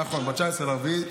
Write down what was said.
נכון, ב-19 באפריל.